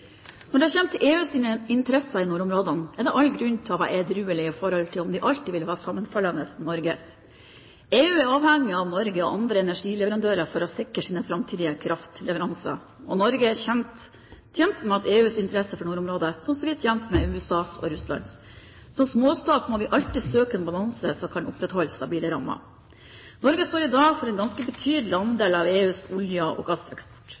Når det kommer til EUs interesser i nordområdene, er det all grunn til å være edruelig med tanke på om de alltid vil være sammenfallende med Norges interesser. EU er avhengig av Norge og andre energileverandører for å sikre sine framtidige kraftleveranser, og Norge er tjent med EUs interesse for nordområdene, slik vi også er tjent med USAs og Russlands. Som småstat må vi alltid søke en balanse som kan opprettholde stabile rammer. Norge står i dag for en ganske betydelig andel av EUs olje- og